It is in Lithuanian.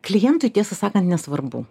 klientui tiesą sakant nesvarbu